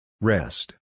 Rest